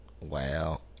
Wow